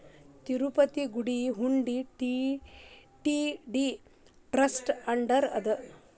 ತಿರುಪತಿ ಗುಡಿ ಹುಂಡಿ TTD trust under ಅದ